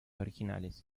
originales